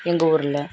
எங்கள் ஊரில்